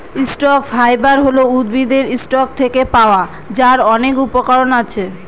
stock fibre হল উদ্ভিদের stock থেকে পাওয়া যার অনেক উপকরণ আছে